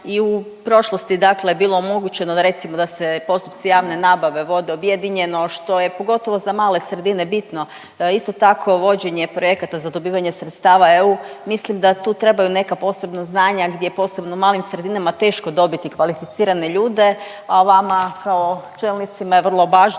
i u prošlosti dakle je bilo omogućeno da recimo da se postupci javne nabave vode objedinjeno, što je pogotovo za male sredine bitno. Isto tako vođenje projekata za dobivanje sredstava EU mislim da tu trebaju neka posebna znanja, gdje posebno u malim sredinama teško dobiti kvalificirane ljude, a vama kao čelnicima je vrlo važno